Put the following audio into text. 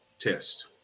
test